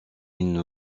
une